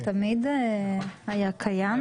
זה תמיד היה קיים.